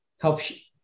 helps